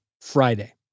Friday